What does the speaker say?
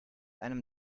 einem